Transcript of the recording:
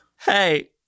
Hey